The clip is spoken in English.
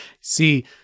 See